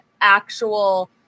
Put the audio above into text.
actual